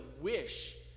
wish